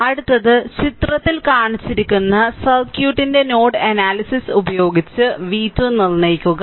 അടുത്തത് ചിത്രത്തിൽ കാണിച്ചിരിക്കുന്ന സർക്യൂട്ടിന്റെ നോഡ് അനാലിസിസ് ഉപയോഗിച്ച് v2 നിർണ്ണയിക്കുക